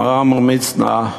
מר עמרם מצנע,